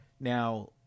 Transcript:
Now